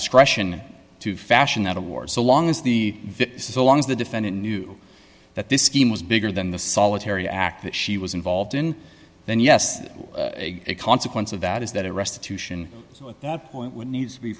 discretion to fashion that award so long as the so long as the defendant knew that this scheme was bigger than the solitary act that she was involved in then yes a consequence of that is that restitution at that point would need to be